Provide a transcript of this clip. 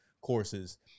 courses